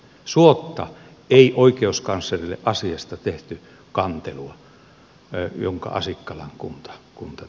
suotta ei oikeuskanslerille asiasta tehty kantelua jonka asikkalan kunta teki